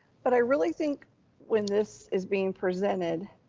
but i really think when this is being presented,